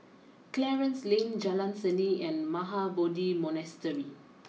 Clarence Lane Jalan Seni and Mahabodhi Monastery